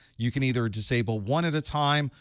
you can either disable one at a time,